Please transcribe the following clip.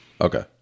Okay